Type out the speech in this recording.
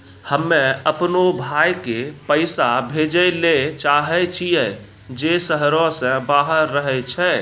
हम्मे अपनो भाय के पैसा भेजै ले चाहै छियै जे शहरो से बाहर रहै छै